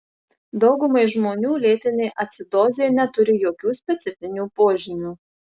daugumai žmonių lėtinė acidozė neturi jokių specifinių požymių